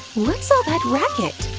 what's all that racket?